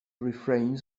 refrains